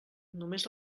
només